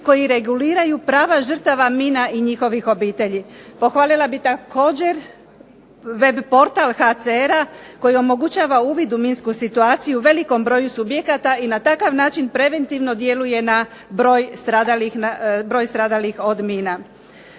koji reguliraju prava žrtava mina i njihovih obitelji. Pohvalila bih također web portal HCR-a koji omogućava uvid u minsku situaciju velikom broju subjekata i na takav način preventivno djeluje na broj stradalih od mina.